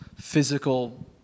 physical